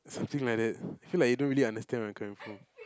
something like that feel like you don't really understand where I'm coming from